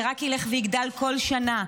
זה רק ילך ויגדל כל שנה.